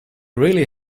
really